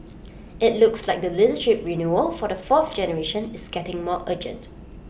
IT looks like the leadership renewal for the fourth generation is getting more urgent